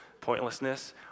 pointlessness